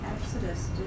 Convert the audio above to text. Exodus